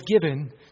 given